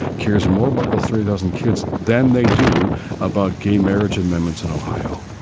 cares more about those three dozens kids than they do about gay marriage amendments in ohio.